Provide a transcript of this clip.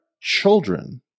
children